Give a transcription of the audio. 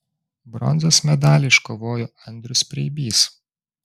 bronzos medalį iškovojo andrius preibys